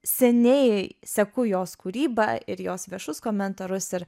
seniai seku jos kūrybą ir jos viešus komentarus ir